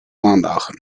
maandagen